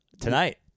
Tonight